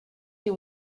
you